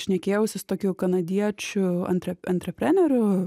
šnekėjausi su tokiu kanadiečiu antre antrepreneriu